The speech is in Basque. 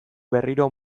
berriro